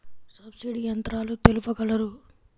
Subsidy యంత్రాలు తెలుపగలరు?